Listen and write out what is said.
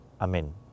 Amen